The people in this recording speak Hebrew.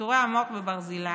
צנתורי המוח בברזילי,